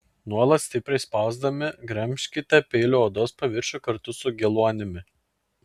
nuolat stipriai spausdami gremžkite peiliu odos paviršių kartu su geluonimi